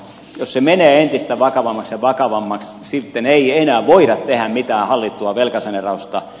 jos se menee entistä vakavammaksi ja vakavammaksi sitten ei enää voida tehdä mitään hallittua velkasaneerausta